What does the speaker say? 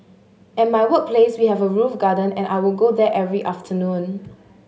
at my workplace we have a roof garden and I would go there every afternoon